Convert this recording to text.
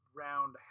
round